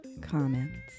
comments